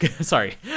sorry